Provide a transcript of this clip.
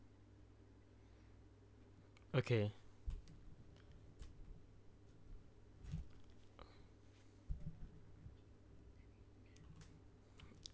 okay